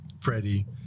Freddie